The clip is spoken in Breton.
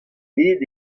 aet